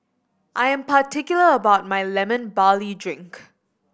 I am particular about my Lemon Barley Drink